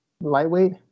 lightweight